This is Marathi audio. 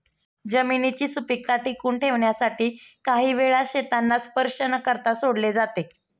जमिनीची सुपीकता टिकवून ठेवण्यासाठी काही वेळा शेतांना स्पर्श न करता सोडले जाते